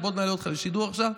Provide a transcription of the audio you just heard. בוא נעלה אותך לשידור עכשיו.